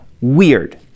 weird